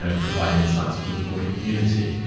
ah provide insights for the broader community.